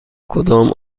کدام